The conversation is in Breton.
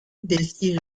deskiñ